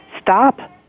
stop